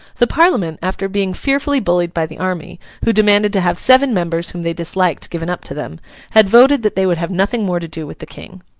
the parliament, after being fearfully bullied by the army who demanded to have seven members whom they disliked given up to them had voted that they would have nothing more to do with the king.